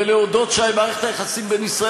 ולהודות שמערכת היחסים בין ישראל